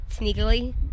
sneakily